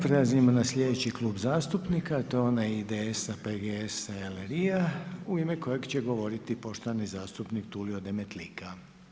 Prelazimo na sljedeći klub zastupnika, a to je onaj IDS-a, PGS-a i LRI-a u ime kojeg će govoriti poštovani zastupnik Tulio Demetlika.